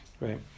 Right